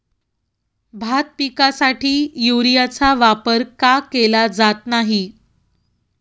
भात पिकासाठी युरियाचा वापर का केला जात नाही?